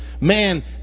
Man